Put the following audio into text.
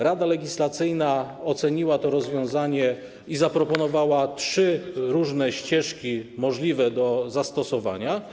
Rada Legislacyjna oceniła to rozwiązanie i zaproponowała trzy różne ścieżki możliwe do zastosowania.